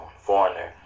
Foreigner